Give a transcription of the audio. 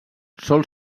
sol